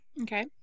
Okay